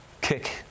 kick